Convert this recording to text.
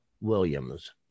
Williams